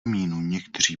někteří